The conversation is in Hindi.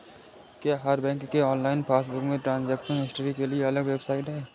क्या हर बैंक के ऑनलाइन पासबुक में ट्रांजेक्शन हिस्ट्री के लिए अलग वेबसाइट है?